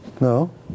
No